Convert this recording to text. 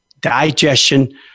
digestion